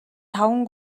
таван